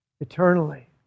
Eternally